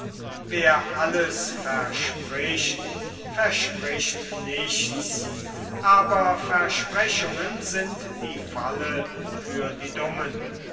wer alles verspricht verspricht nichts aber versprechungen sind die falle für die dummen